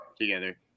together